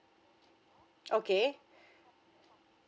okay